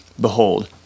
behold